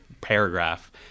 paragraph